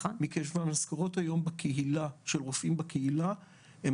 מכיוון שהמשכורות של רופאים בקהילה היום הן